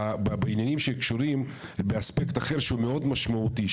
בעניינים שקשורים באספקט אחר שהוא מאוד משמעותי,